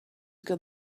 got